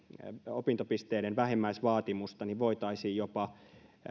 opintopisteiden vähimmäisvaatimusta voitaisiin jopa